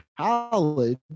college